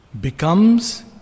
becomes